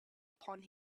upon